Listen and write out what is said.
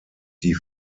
die